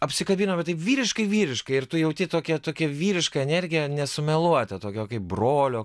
apsikabinome taip vyriškai vyriškai ir tu jauti tokią tokią vyrišką energiją nesumeluotą tokio kaip brolio